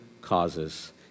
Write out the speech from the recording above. causes